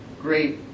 great